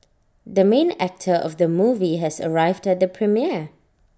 the main actor of the movie has arrived at the premiere